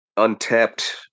Untapped